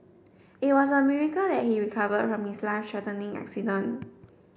it was a miracle that he recovered from his life threatening accident